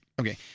Okay